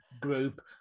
group